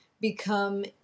become